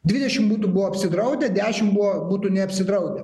dvidešim butų buvo apsidraudę dešim buvo būtų neapsidraudę